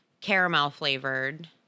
caramel-flavored